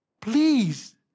Please